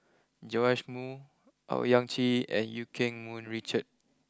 Joash Moo Owyang Chi and Eu Keng Mun Richard